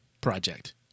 project